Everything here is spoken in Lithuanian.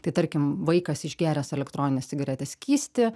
tai tarkim vaikas išgėręs elektroninės cigaretės skystį